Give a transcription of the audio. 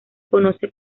conoce